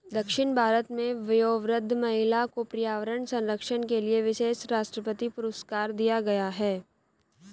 दक्षिण भारत में वयोवृद्ध महिला को पर्यावरण संरक्षण के लिए विशेष राष्ट्रपति पुरस्कार दिया गया है